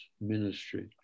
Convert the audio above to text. ministry